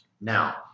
Now